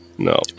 no